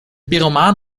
pyromaan